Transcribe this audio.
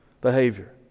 behavior